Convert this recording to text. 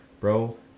Bro